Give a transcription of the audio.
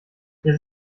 der